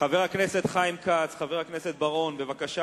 ההצעה היא להביא להשתתפות עובדי